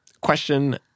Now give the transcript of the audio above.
question